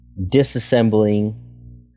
disassembling